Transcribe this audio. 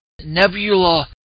Nebula